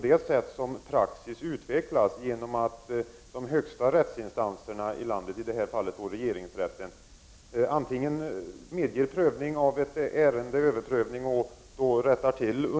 Det är ju genom att de högsta rättsinstanserna i landet, i det här fallet regeringsrätten, antingen medger prövning av ett ärende och rättar till underrätternas domslut eller, som i detta fall, inte medger prövning och indirekt säger att kammarrättens dom var riktig som praxis utvecklas. Detta fall har prövats så långt som det är möjligt. Jag menar därför att praxis har utvecklats.